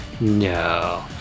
no